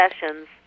sessions